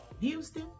Houston